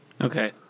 Okay